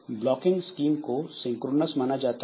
blocking scheme को synchronous माना जाता है